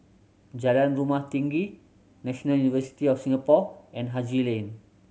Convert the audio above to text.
Jalan Rumah Tinggi National University of Singapore and Haji Lane